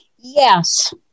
Yes